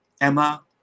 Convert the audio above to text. Emma